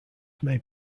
may